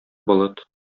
болыт